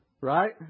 Right